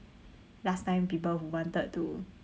last time people who wanted to